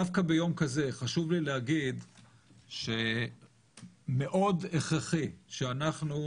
דווקא ביום כזה חשוב לי להגיד שמאוד הכרחי שאנחנו,